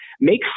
Make